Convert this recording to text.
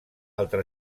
altra